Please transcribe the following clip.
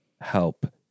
help